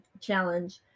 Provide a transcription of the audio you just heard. challenge